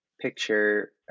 picture